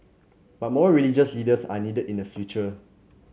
but more religious leaders are needed in the future